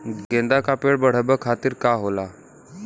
गेंदा का पेड़ बढ़अब खातिर का होखेला?